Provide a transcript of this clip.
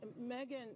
Megan